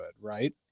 right